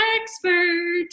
expert